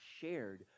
shared